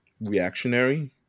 reactionary